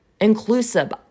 Inclusive